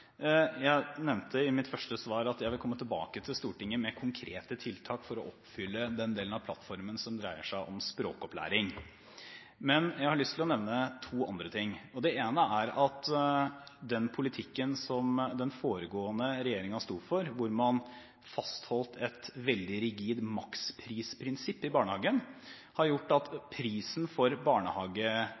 Jeg nevnte i mitt første svar at jeg vil komme tilbake til Stortinget med konkrete tiltak for å oppfylle den delen av plattformen som dreier seg om språkopplæring. Men jeg har lyst til å nevne to andre ting. Det ene er at den politikken som den foregående regjeringen sto for, hvor man fastholdt et veldig rigid maksprisprinsipp i barnehagen, har gjort at prisen på en barnehageplass i praksis har gått ned for